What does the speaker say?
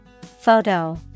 Photo